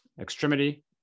extremity